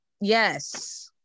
yes